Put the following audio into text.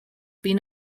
been